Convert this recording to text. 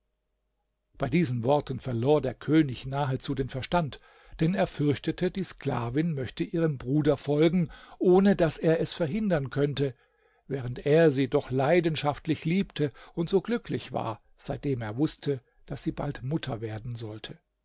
bei diesen worten verlor der könig nahezu den verstand denn er fürchtete die sklavin möchte ihrem bruder folgen ohne daß er es verhindern könnte während er sie doch leidenschaftlich liebte und so glücklich war seitdem er wußte daß sie bald mutter werden sollte